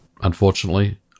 Unfortunately